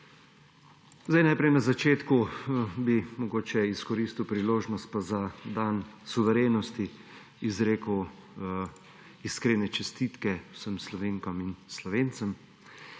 Najprej na začetku bi mogoče izkoristil priložnost pa za dan suverenosti izrekel iskrene čestitke vsem Slovenkam in Slovencem